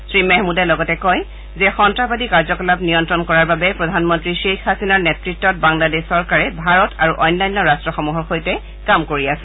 শ্ৰীমেহমুদে লগতে কয় যে সন্নাসবাদী কাৰ্যকলাপ নিয়ন্নণ কৰাৰ বাবে প্ৰধানমন্ত্ৰী শ্বেইখ হাছিনাৰ নেতৃত্বত বাংলাদেশ চৰকাৰে ভাৰত আৰু অন্যান্য ৰাষ্ট্ৰসমূহৰ সৈতে কাম কৰি আছে